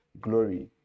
Glory